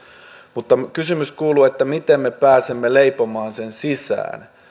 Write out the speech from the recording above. mutta kysymys kuuluu miten me pääsemme leipomaan ne sisään